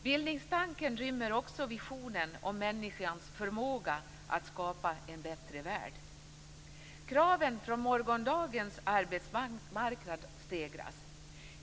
Bildningstanken rymmer också visionen om människans förmåga att skapa en bättre värld. Kraven från morgondagens arbetsmarknad stegras.